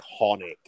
iconic